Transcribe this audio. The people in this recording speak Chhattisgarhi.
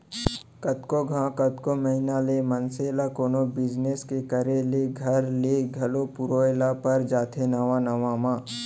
कतको घांव, कतको महिना ले मनसे ल कोनो बिजनेस के करे ले घर ले घलौ पुरोय ल पर जाथे नवा नवा म